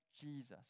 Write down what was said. jesus